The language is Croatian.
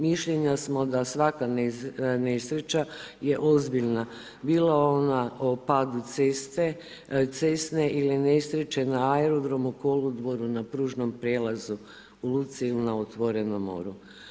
Mišljenja smo da svaka nesreća je ozbiljna, bila ona o padu cessne ili nesreće na aerodromu, kolodvoru, na pružnom prijelazu, u luci ili na otvorenom moru.